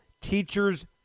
teachers